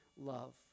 love